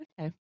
Okay